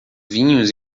vinhos